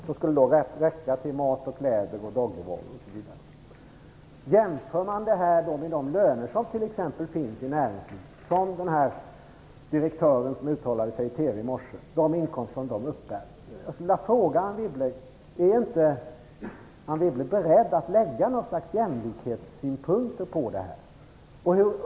Jämför detta med de löner som finns i näringslivet, t.ex. de inkomster som den direktör som uttalade sig i TV i morse uppbär! Jag skulle vilja fråga Anne Wibble: Är inte Anne Wibble beredd att anlägga några slags jämlikhetssynpunkter på detta?